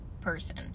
person